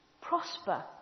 prosper